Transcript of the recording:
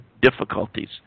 difficulties